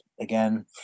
again